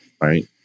right